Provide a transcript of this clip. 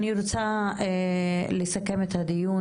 אני רוצה לסכם את הדיון.